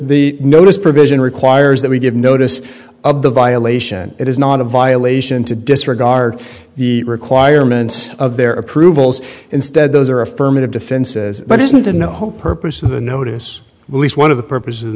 the notice provision requires that we give notice of the violation it is not a violation to disregard the requirements of their approvals instead those are affirmative defenses but isn't in the whole purpose of the notice least one of the purpose